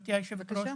גברתי יושבת הראש.